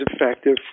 effective